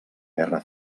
guerra